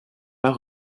pas